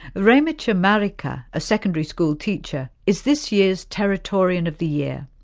raymattja marika, a secondary school teacher, is this year's territorian of the year.